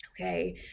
okay